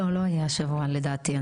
לא יהיה השבוע לדעתי.